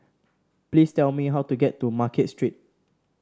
please tell me how to get to Market Street